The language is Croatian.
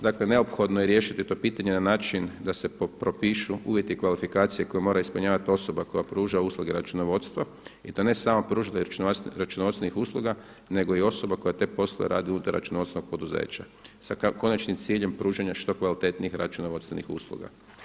Dakle neophodno je riješiti to pitanje na način da se propišu uvjeti kvalifikacije koju mora ispunjavati osoba koja pruža usluge računovodstva i to ne samo pružitelj računovodstvenih usluga nego i osoba koja te poslove radi unutar računovodstvenog poduzeća sa konačnim ciljem pružanja što kvalitetnijih računovodstvenih usluga.